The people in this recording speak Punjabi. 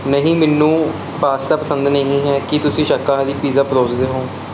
ਨਹੀਂ ਮੈਨੂੰ ਪਾਸਤਾ ਪਸੰਦ ਨਹੀਂ ਹੈ ਕੀ ਤੁਸੀਂ ਸ਼ਾਕਾਹਾਰੀ ਪੀਜ਼ਾ ਪਰੋਸਦੇ ਹੋ